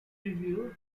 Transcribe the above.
review